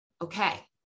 okay